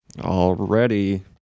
Already